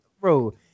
bro